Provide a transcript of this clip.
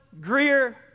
Greer